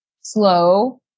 slow